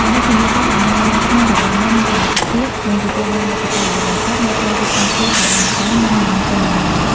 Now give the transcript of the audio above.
ដើម្បីធានាថាដំណើរឡើងភ្នំរបស់អ្នកមានសុវត្ថិភាព និងទទួលបានបទពិសោធន៍ល្អបំផុត អ្នកត្រូវរៀបចំខ្លួនឲ្យបានល្អមុននឹងចេញដំណើរ។